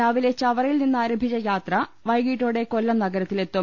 രാവിലെ ചവറയിൽ നിന്നാരംഭിച്ച യാത്ര വൈകീ ട്ടോടെ കൊല്ലം നഗരത്തിൽ എത്തും